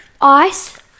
ice